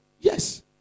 Yes